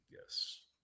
Yes